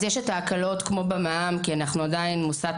אז יש את ההקלות, כמו הקלות במע״מ, שראוי שנקבל,